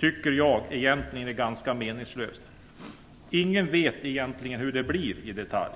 tycker jag egentligen är ganska meningslöst. Ingen vet egentligen hur det blir i detalj.